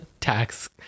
tax